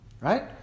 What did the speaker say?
right